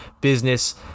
business